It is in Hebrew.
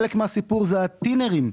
חלק מהסיפור זה הטינרים,